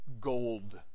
gold